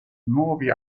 nuovi